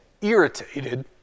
irritated